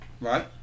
Right